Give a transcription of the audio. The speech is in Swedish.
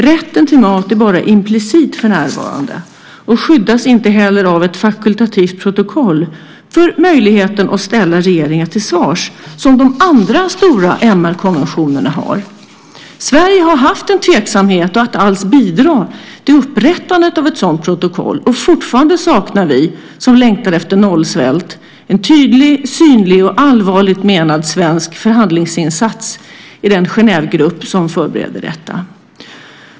Rätten till mat är bara implicit för närvarande och skyddas inte heller av ett fakultativt protokoll och därmed möjligheten att ställa regeringar till svars som de andra stora MR-konventionerna gör. Sverige har haft en tveksamhet att alls bidra till upprättandet av ett sådant protokoll, och fortfarande saknar vi som längtar efter nollsvält en tydlig, synlig och allvarligt menad svensk förhandlingsinsats i den Genèvegrupp som förbereder detta.